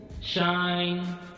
shine